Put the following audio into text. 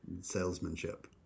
salesmanship